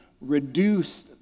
reduce